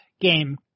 game